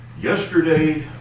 Yesterday